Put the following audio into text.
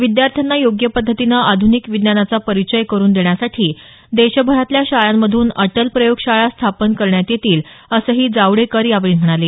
विद्यार्थ्यांना योग्य पद्धतीनं आध्निक विज्ञानाचा परिचय करुन देण्यासाठी देशभरातल्या शाळांमधून अटल प्रयोग शाळा स्थापन करण्यात येतील असंही जावडेकर यावेळी म्हणाले